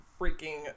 freaking